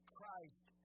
Christ